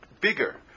bigger